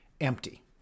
Empty